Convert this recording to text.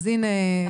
אז הנה,